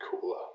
cooler